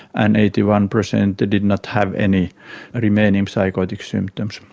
and eighty one percent did did not have any remaining psychotic symptoms.